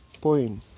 point